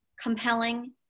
compelling